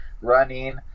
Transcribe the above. running